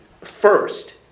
first